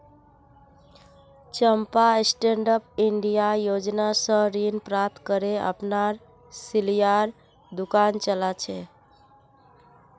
चंपा stand up India योजना स ऋण प्राप्त करे अपनार सिलाईर दुकान चला छ